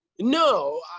No